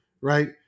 right